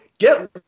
Get